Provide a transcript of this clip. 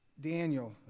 Daniel